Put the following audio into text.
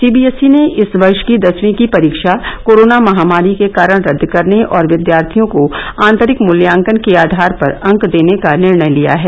CBSE ने इस वर्ष की दसवीं की परीक्षा कोरोना महामारी के कारण रद्द करने और विद्यार्थियों को आंतरिक मूल्यांकन के आधार पर अंक देने का निर्णय लिया है